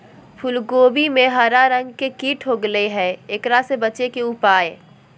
फूल कोबी में हरा रंग के कीट हो गेलै हैं, एकरा से बचे के उपाय?